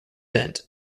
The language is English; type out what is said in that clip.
sent